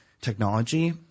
technology